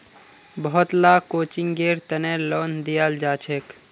बहुत ला कोचिंगेर तने लोन दियाल जाछेक